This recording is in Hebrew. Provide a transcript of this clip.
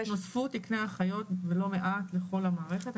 נוספו תקני אחיות ולא מעט לכל המערכת,